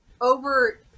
over